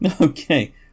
Okay